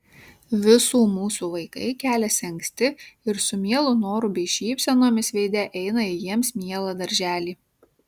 visų mūsų vaikai keliasi anksti ir su mielu noru bei šypsenomis veide eina į jiems mielą darželį